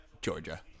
georgia